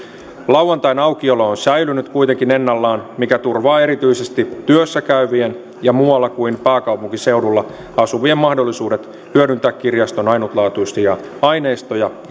lauantain aukiolo on säilynyt kuitenkin ennallaan mikä turvaa erityisesti työssäkäyvien ja muualla kuin pääkaupunkiseudulla asuvien mahdollisuudet hyödyntää kirjaston ainutlaatuisia aineistoja